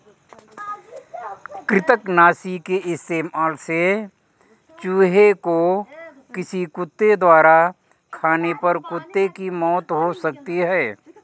कृतंकनाशी के इस्तेमाल से मरे चूहें को किसी कुत्ते द्वारा खाने पर कुत्ते की मौत हो सकती है